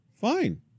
Fine